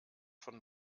von